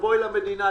בואי למדינה,